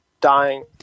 dying